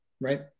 right